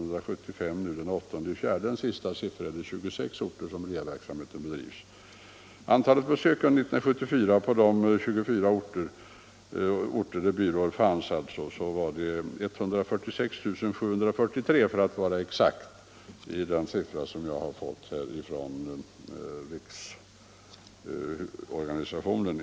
Verksamheten har alltså vuxit och bedrivs nu på 26 orter. Antalet besök på de 24 orter som fanns 1974 uppgick till 146 743 för att vara exakt. Det är den siffra jag har fått från riksorganisationen.